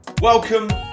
Welcome